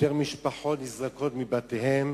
יותר משפחות נזרקות מבתיהן